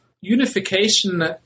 unification